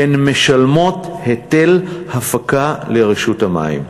הן משלמות היטל הפקה לרשות המים,